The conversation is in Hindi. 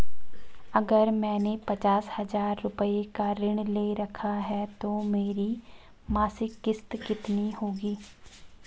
अगर मैंने पचास हज़ार रूपये का ऋण ले रखा है तो मेरी मासिक किश्त कितनी होगी?